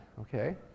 okay